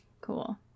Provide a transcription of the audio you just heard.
Cool